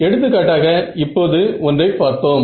எடுத்துக்காட்டாக இப்போது ஒன்றை பார்த்தோம்